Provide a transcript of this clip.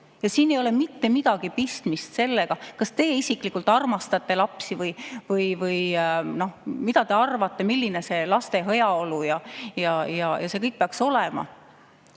Siin ei ole mitte midagi pistmist sellega, kas teie isiklikult armastate lapsi või mida te arvate, milline peaks olema laste heaolu ja see kõik. Fakt on